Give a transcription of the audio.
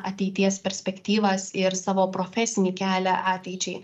ateities perspektyvas ir savo profesinį kelią ateičiai